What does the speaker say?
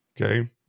okay